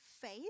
faith